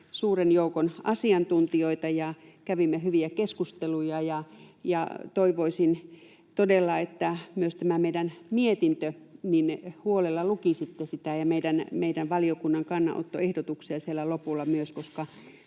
suurta joukkoa asiantuntijoita ja kävimme hyviä keskusteluja, ja toivoisin todella, että lukisitte huolella myös tämän meidän mietintömme ja myös meidän valiokuntamme kannanottoehdotuksia siellä lopulla, koska